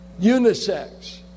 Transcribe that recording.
unisex